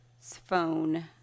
phone